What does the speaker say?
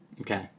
Okay